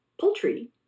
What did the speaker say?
poultry